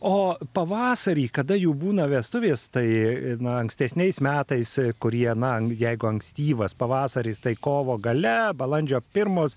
o pavasarį kada jų būna vestuvės tai na ankstesniais metais kurie na jeigu ankstyvas pavasaris tai kovo gale balandžio pirmos